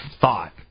thought